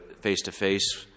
face-to-face